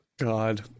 God